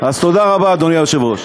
תודה רבה, אדוני היושב-ראש.